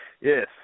Yes